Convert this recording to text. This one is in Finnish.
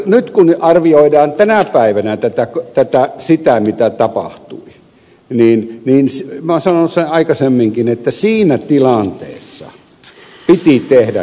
nyt kun arvioidaan tänä päivänä sitä mitä tapahtui niin minä olen sanonut sen aikaisemminkin että siinä tilanteessa piti tehdä jotakin